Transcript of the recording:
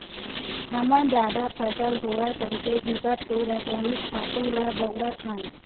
हमन जादा फसल होवय कहिके बिकट के रसइनिक खातू ल बउरत हन